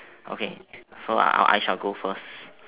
okay so I I shall go first